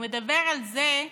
הוא מדבר על זה,